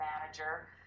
manager